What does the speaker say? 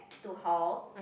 to hall